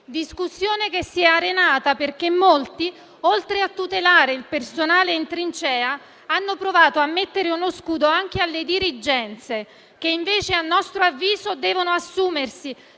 discussione si è arenata perché molti, oltre a tutelare il personale in trincea, hanno provato a mettere uno scudo anche alle dirigenze, che invece, a nostro avviso, devono assumersi